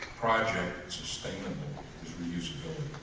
project sustainable is reusability